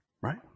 Right